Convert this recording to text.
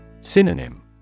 Synonym